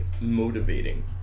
motivating